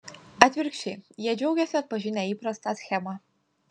atvirkščiai jie džiaugiasi atpažinę įprastą schemą